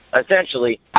essentially